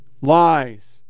lies